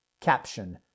Caption